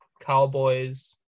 Cowboys